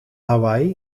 hawaï